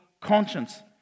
conscience